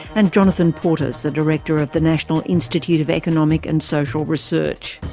and jonathan portes, the director of the national institute of economic and social research.